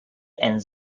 and